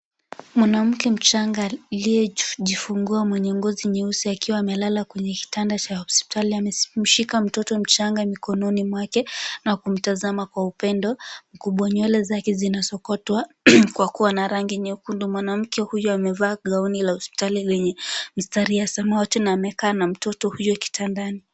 Mwanamke mchanga aliyejifungua mwenye ngozi nyeusi akiwa amelala kwenye kitanda cha hospitali amemshika mtoto mchanga mkononi mwake na kumtazama kwa upendo mkubwa, nywele zake zinasokotwa kwa kuwa na rangi nyekundu. Mwanamke huyu amevaa gauni la hospitali lenye mistari ya samawati na amekaa na mtoto huyo kitandani.